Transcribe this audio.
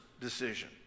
decision